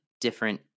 different